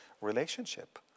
Relationship